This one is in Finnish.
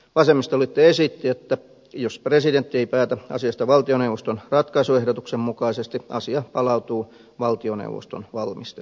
vasemmistoliitto esitti että jos presidentti ei päätä asiasta valtioneuvoston ratkaisuehdotuksen mukaisesti asia palautuu valtioneuvoston valmisteltavaksi